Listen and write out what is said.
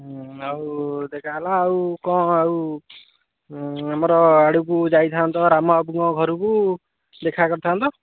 ଆଉ ଦେଖାହେଲା ଆଉ କ'ଣ ଆଉ ଆମର ଆଡ଼କୁ ଯାଇଥାଆନ୍ତ ରାମ ବାବୁଙ୍କ ଘରକୁ ଦେଖା କରିଥାଆନ୍ତ